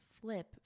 flip